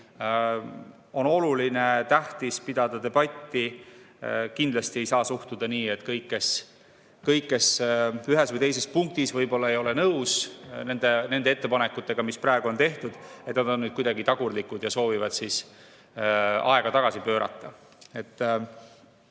on tähtis pidada debatti. Kindlasti ei saa suhtuda nii, et kõik, kes ühes või teises punktis võib-olla ei ole nõus nende ettepanekutega, mis praegu on tehtud, on kuidagi tagurlikud ja soovivad aega tagasi pöörata.